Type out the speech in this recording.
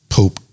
pope